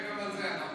למה שאתה הולך